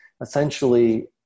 essentially